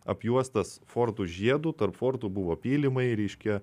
apjuostas fortų žiedu tarp fortų buvo pylimai reiškia